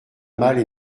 malle